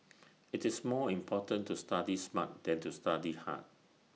IT is more important to study smart than to study hard